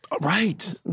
Right